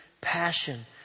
passion